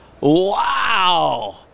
wow